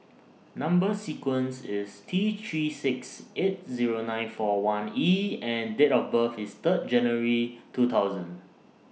Number sequence IS T three six eight Zero nine four one E and Date of birth IS Third January two thousand